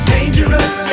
Dangerous